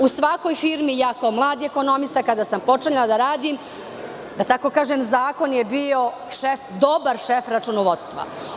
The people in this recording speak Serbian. U svakoj firmi kada samkao jako mlad ekonomista počinjala da radim, da tako kažem, zakon je bio dobar šef računovodstva.